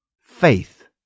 Faith